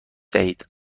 دهید